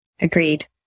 Agreed